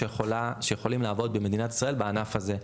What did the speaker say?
שיכולים לעבוד במדינת ישראל בענף הזה.